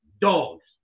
dogs